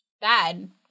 Bad